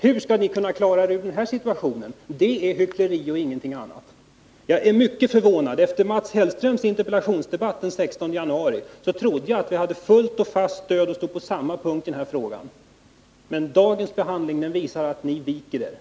Det är fråga om hyckleri och ingenting annat. Hur skall ni nu kunna klara er ur den här situationen? Jag är mycket förvånad. Efter Mats Hellströms interpellationsdebatt den 16 januari trodde jag att vi hade ett fullt och fast stöd av honom och att vi båda intog samma ståndpunkt i den här frågan, men dagens behandling visar att socialdemokraterna viker sig.